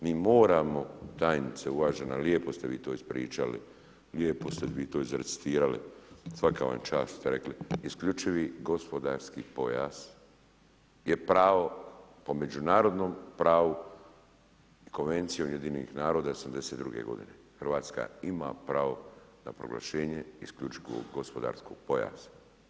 Mi moramo tajnice uvažena, lijepo ste vi to ispričali, lijepo ste vi to izrecitirali, svaka vam čast rekli, isključivi gospodarski pojas jer pravo po međunarodnom pravu Konvencije UN-a '82. g., Hrvatska ima pravo na proglašenje isključivog gospodarskog pojasa.